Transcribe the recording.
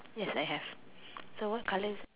yes I have so what colours